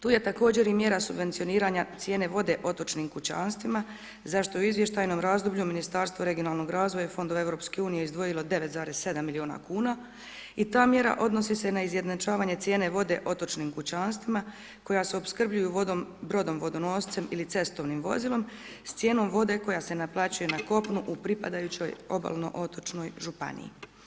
Tu je također i mjera subvencioniranja cijene vode otočnim kućanstvima zašto u izvještajnom razdoblju Ministarstvo regionalnog razvoja i fondova EU izdvojilo 9,7 milijuna kuna i ta mjera odnosi se na izjednačavanje cijene vode otočnim kućanstvima koja se opskrbljuju vodom brodom vodonoscem ili cestovnim vozilom s cijenom vode koja se naplaćuje na kopnu u pripadajućoj obalno otočnoj županiji.